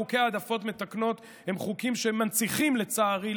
חוקי העדפות מתקנות הם חוקים שמנציחים לצערי,